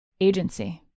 agency